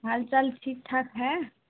हाल चाल ठीक ठाक है